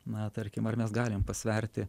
na tarkim ar mes galim pasverti